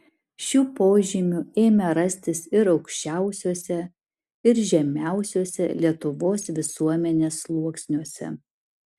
šių požymių ėmė rastis ir aukščiausiuose ir žemiausiuose lietuvos visuomenės sluoksniuose